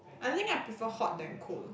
I think I prefer hot than cold